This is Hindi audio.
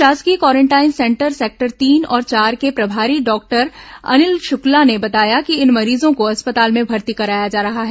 शासकीय क्वारेंटाइन सेंटर सेक्टर तीन और चार के प्रभारी डॉक्टर अनिल शुक्ला ने बताया कि इन मरीजों को अस्पताल में भर्ती कराया जा रहा है